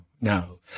no